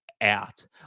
out